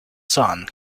son